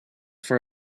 for